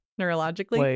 neurologically